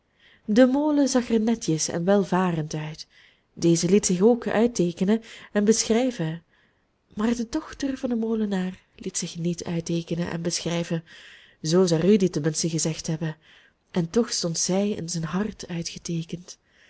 de molen zag er netjes en welvarend uit deze liet zich ook uitteekenen en beschrijven maar de dochter van den molenaar liet zich niet uitteekenen en beschrijven zoo zou rudy ten minste gezegd hebben en toch stond zij in zijn hart uitgeteekend